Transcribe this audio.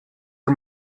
are